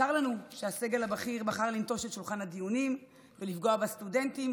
צר לנו שהסגל הבכיר בחר לנטוש את שולחן הדיונים ולפגוע בסטודנטים,